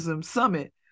Summit